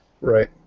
Right